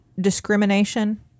discrimination